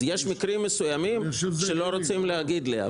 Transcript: אז יש מקרים מסוימים שלא רוצים להגיד לי,